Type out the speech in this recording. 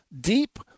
deep